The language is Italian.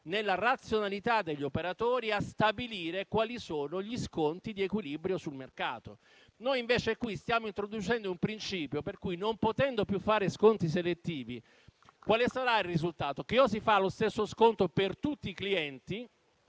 nella razionalità degli operatori, a stabilire quali sono gli sconti di equilibrio sul mercato. Noi invece qui stiamo introducendo un principio per cui, non potendo più fare sconti selettivi, o si farà lo stesso sconto per tutti i clienti